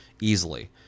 easily